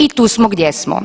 I tu smo gdje smo.